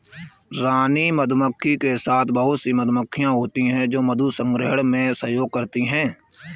रानी मधुमक्खी के साथ बहुत ही मधुमक्खियां होती हैं जो मधु संग्रहण में सहयोग करती हैं